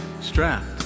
strapped